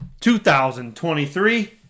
2023